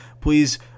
Please